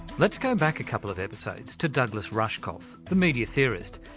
let's go back a couple of episodes, to douglas rushkoff, the media theorist,